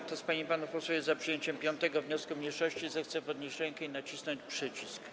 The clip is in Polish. Kto z pań i panów posłów jest za przyjęciem 5. wniosku mniejszości, zechce podnieść rękę i nacisnąć przycisk.